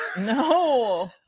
no